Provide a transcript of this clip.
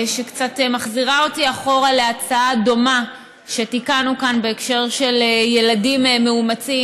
שקצת מחזירה אותי אחורה להצעה דומה שתיקנו כאן בהקשר של ילדים מאומצים,